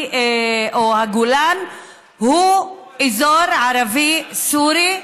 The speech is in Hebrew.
הגולן הוא אזור ערבי סורי,